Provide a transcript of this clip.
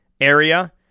area